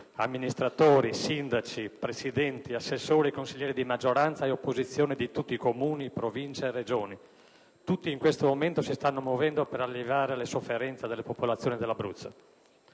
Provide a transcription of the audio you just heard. (amministratori, sindaci, presidenti, assessori e consiglieri di maggioranza e opposizione di tutti i Comuni, Province e Regioni). Tutti in questo momento si stanno muovendo per alleviare le sofferenze delle popolazioni dell'Abruzzo.